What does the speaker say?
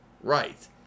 right